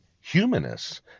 humanists